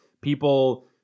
people